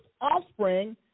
offspring